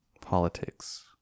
politics